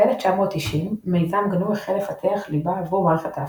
ב־1990 מיזם גנו החל לפתח ליבה עבור מערכת ההפעלה,